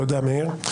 תודה, מאיר.